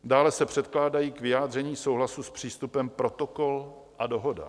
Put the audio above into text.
Dále se předkládají k vyjádření souhlasu s přístupem Protokol a Dohoda.